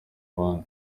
abandi